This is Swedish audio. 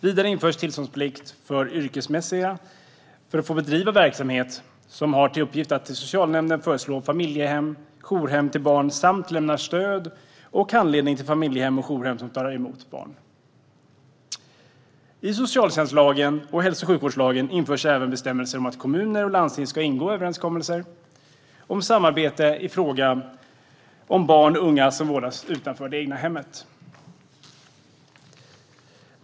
Vidare införs tillståndsplikt för att yrkesmässigt få bedriva verksamhet som har till uppgift att till socialnämnden föreslå familjehem och jourhem till barn och som lämnar stöd och handledning till familjehem och jourhem som tar emot barn. I socialtjänstlagen och hälso och sjukvårdslagen införs även bestämmelser om att kommuner och landsting ska ingå överenskommelser om samarbete i fråga om barn och unga som vårdas utanför det egna hemmet.